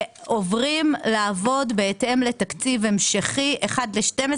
ועוברים לעבוד בהתאם לתקציב המשכי 1 ו-12,